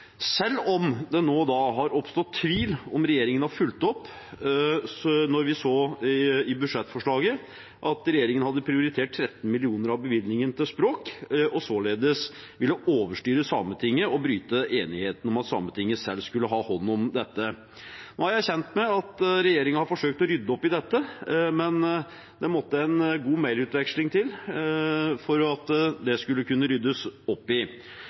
selv om det nå og da har oppstått tvil om regjeringen har fulgt opp – når vi så i budsjettforslaget at regjeringen hadde prioritert 13 mill. kr av bevilgningen til språk og således ville overstyre Sametinget og bryte enigheten om at Sametinget selv skulle ha hånd om dette. Nå er jeg kjent med at regjeringen har forsøkt å rydde opp i dette, men det måtte en god mailutveksling til for at det skulle kunne ryddes opp i.